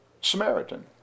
Samaritan